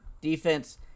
Defense